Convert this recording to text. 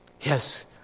Yes